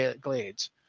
Glades